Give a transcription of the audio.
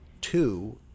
Two